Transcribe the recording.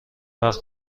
وقت